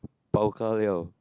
bao ga liao